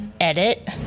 edit